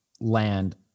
land